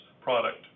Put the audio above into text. product